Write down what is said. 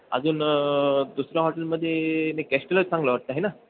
अजून दुसऱ्या हॉटेलमध्ये नाही कॅस्टलच चांगलं वाटतं आहे ना